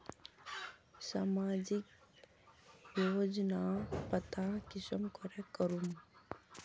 सामाजिक योजनार पता कुंसम करे करूम?